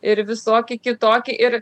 ir visoki kitoki ir